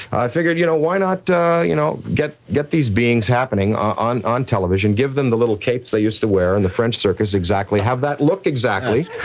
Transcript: i figured, you know, why not you know get get these beings happening on on television, give them the little capes they used to wear in the french circus exactly, have that look exactly.